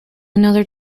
another